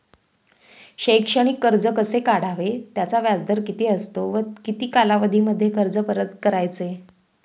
शैक्षणिक कर्ज कसे काढावे? त्याचा व्याजदर किती असतो व किती कालावधीमध्ये कर्ज परत करायचे?